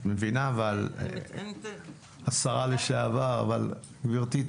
אבל את מבינה, השרה לשעבר, גברתי,